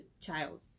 child